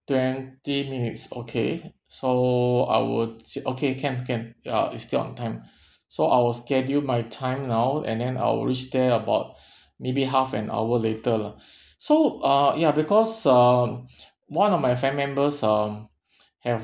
twenty minutes okay so I would s~ okay can can ya it's still on time so I will schedule my time now and then I will reach there about maybe half an hour later lah so uh ya because um one of my family members um have